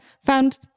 found